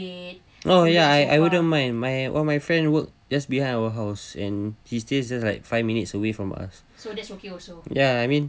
oh ya I I wouldn't mind my all my friend work just behind our house and his says just like five minutes away from us ya I mean